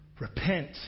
Repent